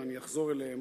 ואני אחזור אליהם